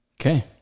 Okay